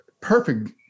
perfect